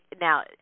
now